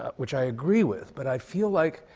ah which i agree with. but i feel like